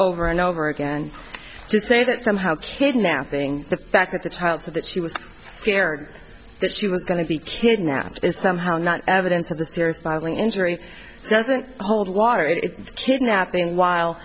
over and over again to say that somehow kidnapping the fact that the child so that she was scared that she was going to be kidnapped is somehow not evidence for the serious bodily injury doesn't hold water it's kidnapping while